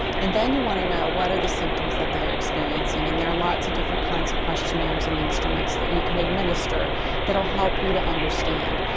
and then you want to know what are the symptoms that they are experiencing and there are lots of different kinds of questionnaires and instruments that you can administer that will help you to understand.